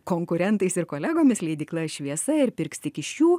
konkurentais ir kolegomis leidykla šviesa ir pirks tik iš jų